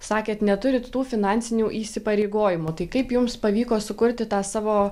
sakėt neturit tų finansinių įsipareigojimų tai kaip jums pavyko sukurti tą savo